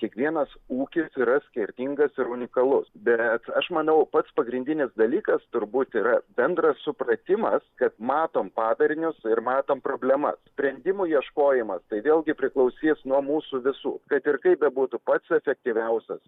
kiekvienas ūkis yra skirtingas ir unikalus bet aš manau pats pagrindinis dalykas turbūt yra bendras supratimas kad matom padarinius ir matom problemas sprendimų ieškojimas tai vėlgi priklausys nuo mūsų visų kad ir kaip bebūtų pats efektyviausias